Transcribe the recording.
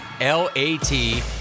L-A-T